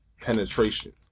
penetration